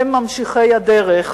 הם ממשיכי הדרך,